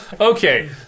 Okay